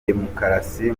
demukarasi